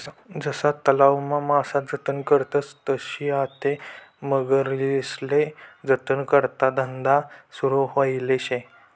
जशा तलावमा मासा जतन करतस तशी आते मगरीस्ले जतन कराना धंदा सुरू व्हयेल शे